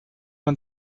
man